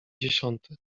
dziesiąte